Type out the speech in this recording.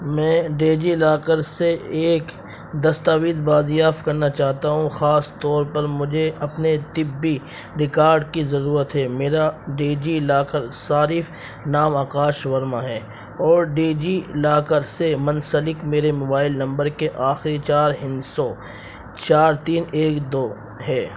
میں DigiLocker سے ایک دستاویز بازیاف کرنا چاہتا ہوں خاص طور پر مجھے اپنے طبی ریکارڈ کی ضرورت ہے میرا ڈیجی لاکر صارف نام آکاش ورما ہے اور ڈیجی لاکر سے منسلک میرے موبائل نمبر کے آخری چار ہندسوں چار تین ایک دو ہے